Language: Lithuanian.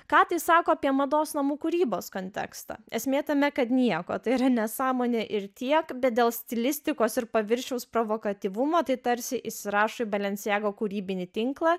ką tai sako apie mados namų kūrybos kontekstą esmė tame kad nieko tai yra nesąmonė ir tiek bet dėl stilistikos ir paviršiaus provokatyvumo tai tarsi įsirašo į belencijago kūrybinį tinklą